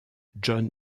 john